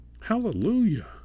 Hallelujah